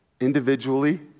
individually